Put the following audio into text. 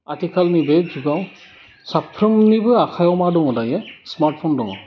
आथिखालनि बे जुगाव साफ्रोमनिबो आखायाव मा दङ दायो स्मार्टफन दङ